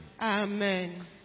Amen